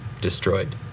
destroyed